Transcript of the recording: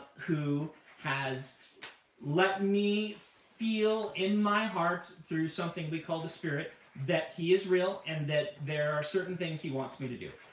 who has let me feel in my heart through something we call the spirit, that he is real and that there are certain things he wants me to do.